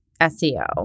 SEO